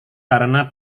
karena